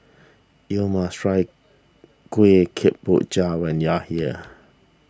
you must try Kuih Kemboja when you are here